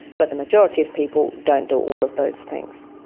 but the majority of people don't do all of those things.